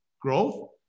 Growth